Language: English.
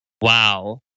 wow